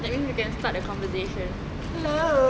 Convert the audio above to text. I think you can start the conversation